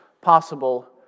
possible